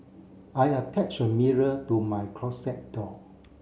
I attached a mirror to my closet door